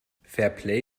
fairplay